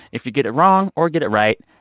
if you get it wrong or get it right,